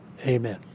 Amen